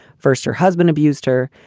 first, her husband abused her.